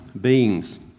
beings